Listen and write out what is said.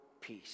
peace